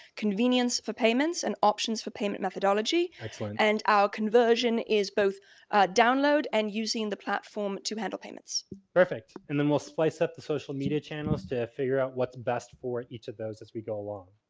convenience for payments, and options for payment methodology. excellent. and our conversion is both download and using the platform to handle payments perfect. and then we'll spice up the social media channels figure out what's best for each of those as we go along.